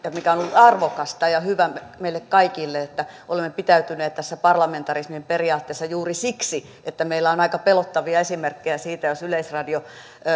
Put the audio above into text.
arvokasta ja hyvä meille kaikille se että olemme pitäytyneet tässä parlamentarismin periaatteessa juuri siksi että meillä on aika pelottavia esimerkkejä siitä jos yleisradio